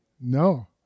No